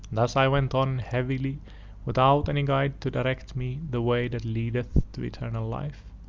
thus i went on heavily without any guide to direct me the way that leadeth to eternal life.